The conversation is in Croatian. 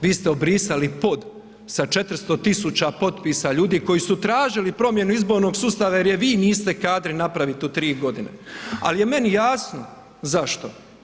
Vi ste obrisali pod sa 400.000 potpisa ljudi koji su tražili promjenu izbornog sustava jer je vi niste kadri napraviti u tri godine, ali je meni jasno zašto.